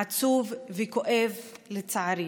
עצוב וכואב, לצערי